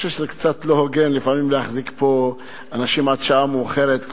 אני חושב שזה קצת לא הוגן לפעמים להחזיק פה אנשים עד שעה מאוחרת,